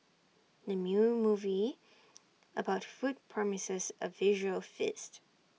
the new movie about food promises A visual feast